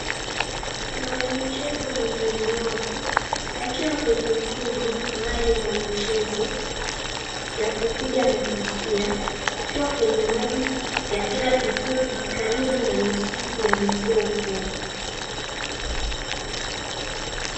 Mwanamichezo mwenye ulemavu akiwa kwenye mtumbwi mahali mwa michezo ya kupiga makasia, akiwa kwenye maji ya kila kifupi karibu na misitu ya mikoho.